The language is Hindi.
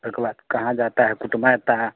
तो एक बात कहा जाता है उतमें का